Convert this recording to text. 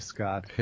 Scott